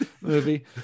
movie